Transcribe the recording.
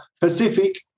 Pacific